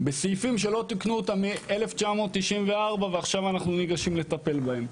בסעיפים שלא תיקנו אותם משנת 1994 ועכשיו אנחנו ניגשים לטפל בהם.